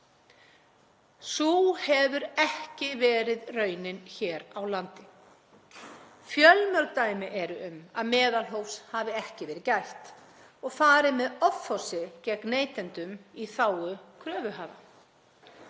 Sú hefur ekki verið raunin hér á landi. Fjölmörg dæmi eru um að meðalhófs hafi ekki verið gætt og farið með offorsi gegn neytendum í þágu kröfuhafa.